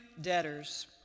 debtors